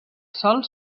sol